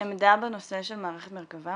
דעה בנושא של מערכת מרכב"ה?